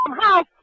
house